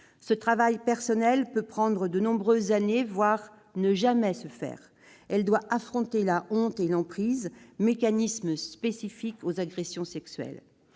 Ce travail personnel peut prendre de nombreuses années, voire ne jamais se faire. La victime doit affronter la honte et l'emprise, mécanismes spécifiques aux agressions sexuelles.